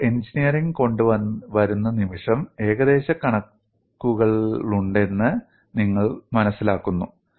നിങ്ങൾ എഞ്ചിനീയറിംഗ് കൊണ്ടുവരുന്ന നിമിഷം ഏകദേശക്കണക്കുകളുണ്ടെന്ന് നിങ്ങൾ മനസ്സിലാക്കുന്നു